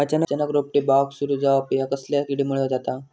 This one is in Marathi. अचानक रोपटे बावाक सुरू जवाप हया कसल्या किडीमुळे जाता?